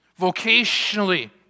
vocationally